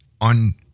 On